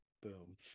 boom